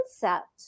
concept